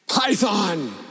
Python